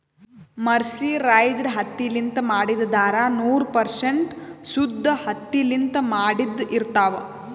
mercerized ಹತ್ತಿಲಿಂತ್ ಮಾಡಿದ್ದ್ ಧಾರಾ ನೂರ್ ಪರ್ಸೆಂಟ್ ಶುದ್ದ್ ಹತ್ತಿಲಿಂತ್ ಮಾಡಿದ್ದ್ ಇರ್ತಾವ್